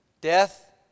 death